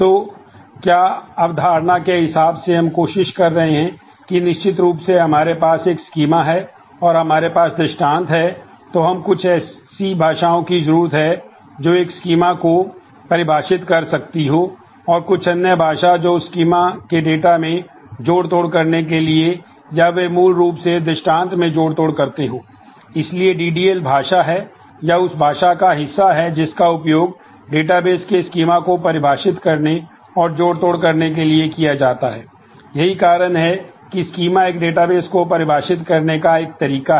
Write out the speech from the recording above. तो क्या अवधारणा के हिसाब से हम कोशिश कर रहे हैं कि निश्चित रूप से हमारे पास एक स्कीमा को परिभाषित करने का एक तरीका है